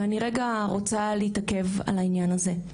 ואני רגע רוצה להתעכב על העניין הזה.